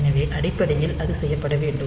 எனவே அடிப்படையில் அது செய்யப்பட வேண்டும்